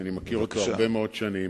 שאני מכיר הרבה מאוד שנים.